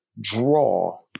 draw